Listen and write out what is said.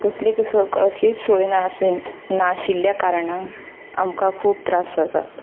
तसली कसली सोय नाशिल्ल्या कारणान आमकां खूब त्रास जातात